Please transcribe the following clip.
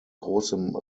großem